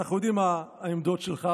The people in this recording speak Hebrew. אנחנו יודעים מה העמדות שלך,